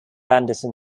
anderson